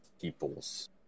people's